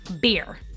beer